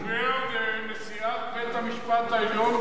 אתה פוגע בנשיאת בית-המשפט העליון,